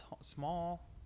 small